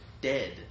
dead